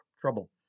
trouble